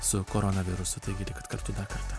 su koronavirusu taigi likit dar kartą